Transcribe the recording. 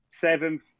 seventh